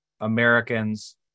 Americans